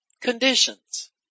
conditions